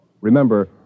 Remember